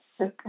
okay